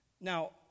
Now